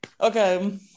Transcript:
Okay